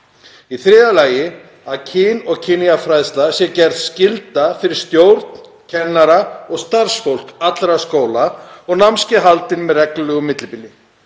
Í þriðja lagi að kyn- og kynjafræðsla sé gerð skylda fyrir stjórn kennara og starfsfólk allra skóla og námskeið haldin með reglulegu millibili.